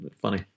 funny